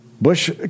Bush